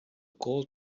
gold